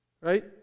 right